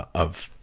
of,